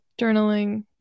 journaling